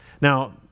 Now